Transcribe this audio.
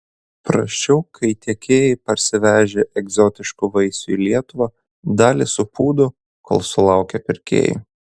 prasčiau kai tiekėjai parsivežę egzotiškų vaisių į lietuvą dalį supūdo kol sulaukia pirkėjų